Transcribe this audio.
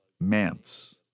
Mance